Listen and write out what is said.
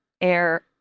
air